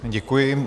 Děkuji.